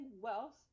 wealth